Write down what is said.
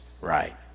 right